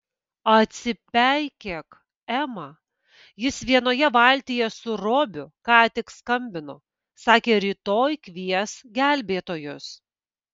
atsipeikėk ema jis vienoje valtyje su robiu ką tik skambino sakė rytoj kvies gelbėtojus